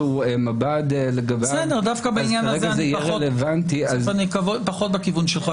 מב"ד לגביו --- דווקא בעניין הזה אני פחות בכיוון שלך,